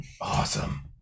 Awesome